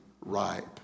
ripe